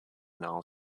canal